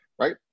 right